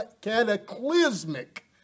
cataclysmic